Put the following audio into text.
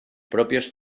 propios